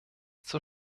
zur